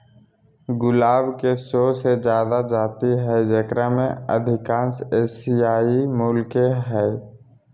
गुलाब के सो से जादा जाति हइ जेकरा में अधिकांश एशियाई मूल के हइ